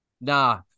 Nah